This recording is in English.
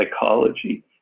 psychology